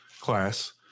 class